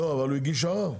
אבל הוא הגיש ערר.